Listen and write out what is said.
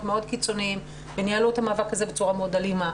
מאוד קיצוניים וניהלו את המאבק הזה בצורה מאוד אלימה.